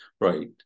right